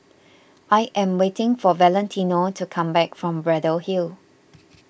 I am waiting for Valentino to come back from Braddell Hill